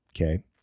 Okay